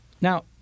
Now